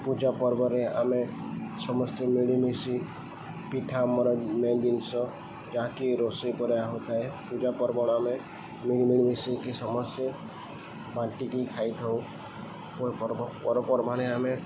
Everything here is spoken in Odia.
ପୂଜା ପର୍ବରେ ଆମେ ସମସ୍ତେ ମିଳିମିଶି ପିଠା ଆମର ମେନ୍ ଜିନିଷ ଯାହାକି ରୋଷେଇ କରିଆ ହଉଥାଏ ପୂଜା ପର୍ବଣ ଆମେ ମିଳିମିଳିମିଶିକି ସମସ୍ତେ ବାଣ୍ଟିକି ଖାଇଥାଉ ପର୍ବ ପର୍ବପର୍ବାଣି ଆମେ